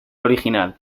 original